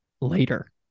later